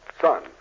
Son